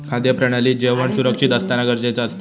खाद्य प्रणालीत जेवण सुरक्षित असना गरजेचा असता